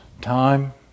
time